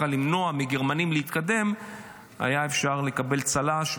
למנוע מהגרמנים להתקדם היה אפשר לקבל צל"ש,